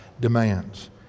demands